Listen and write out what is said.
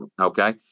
Okay